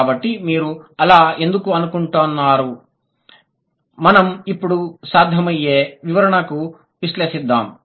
కాబట్టి మీరు అలా ఎందుకు అనుకుంటారు మనం ఇప్పుడు సాధ్యమయ్యే వివరణను విశ్లేషిద్దాం